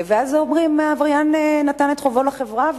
ואז אומרים: העבריין שילם את חובו לחברה,